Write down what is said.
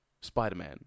Spider-Man